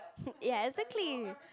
ya exactly